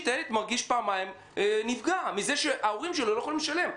הילד מרגיש פעמיים נפגע מזה שההורים שלו לא יכולים לשלם.